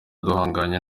duhanganye